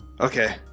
Okay